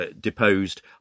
deposed